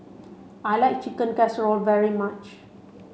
I like Chicken Casserole very much